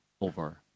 over